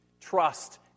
trust